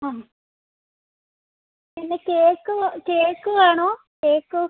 ആ പിന്നെ cake cake വേണം കേക്ക്